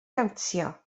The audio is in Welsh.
dawnsio